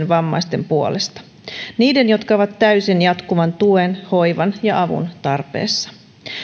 vammaisten puolesta niille jotka ovat täysin jatkuvan tuen hoivan ja avun tarpeessa